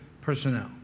personnel